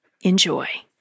Enjoy